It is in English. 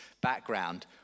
background